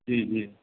जी जी